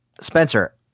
Spencer